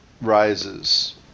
Rises